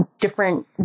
different